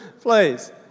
please